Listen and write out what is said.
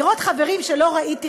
לראות חברים שלא ראיתי חודש,